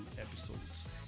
episodes